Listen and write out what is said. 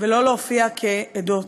ולא להופיע כעדות.